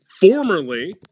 formerly